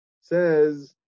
says